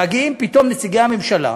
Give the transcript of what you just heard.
מגיעים פתאום נציגי הממשלה,